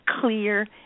clear